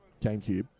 GameCube